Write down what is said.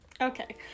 Okay